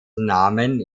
namen